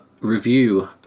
review